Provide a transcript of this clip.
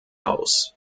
aus